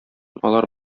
алар